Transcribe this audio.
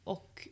Och